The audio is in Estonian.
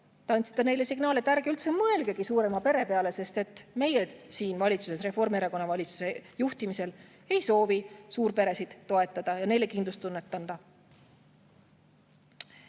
andsite neile signaali, et ärge üldse mõelgegi suurema pere peale, sest et meie siin valitsuses Reformierakonna juhtimisel ei soovi suurperesid toetada ega neile kindlustunnet anda.